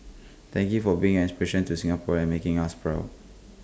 thank you for being inspiration to Singaporeans and making us proud